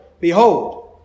Behold